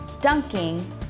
dunking